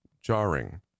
jarring